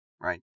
right